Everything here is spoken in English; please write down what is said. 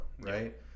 right